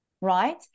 Right